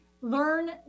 learn